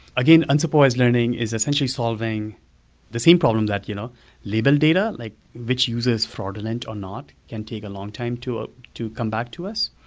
again, unsupervised learning is essentially solving the same problem that you know label data, like which user is fraudulent or not can take a long time to ah to come back to us.